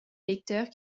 lecteurs